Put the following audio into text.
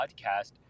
podcast